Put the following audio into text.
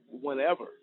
whenever